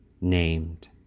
named